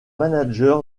manager